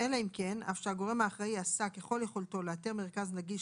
אלא אם כן אף שהגורם האחראי עשה ככל יכולתו לאתר מרכז נגיש